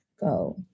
go